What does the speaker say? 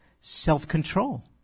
Self-control